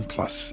Plus